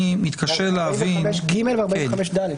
אני מתקשה להבין --- 45(ג) ו-45(ד).